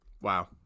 Wow